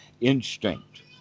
instinct